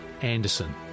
Anderson